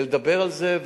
ולדבר על זה,